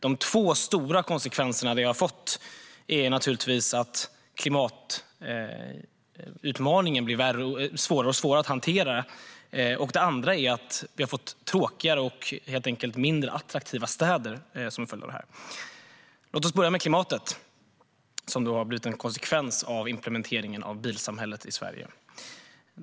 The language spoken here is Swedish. De två stora konsekvenserna är att klimatutmaningen blir svårare och svårare att hantera. Det andra är att det har blivit tråkigare och mindre attraktiva städer. Låt oss börja med klimatet som har blivit en konsekvens av implementeringen av bilsamhället i Sverige.